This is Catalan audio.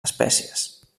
espècies